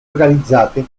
organizzate